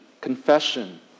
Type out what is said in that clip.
confession